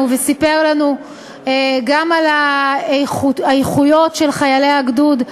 וסיפר לנו גם על האיכויות של חיילי הגדוד,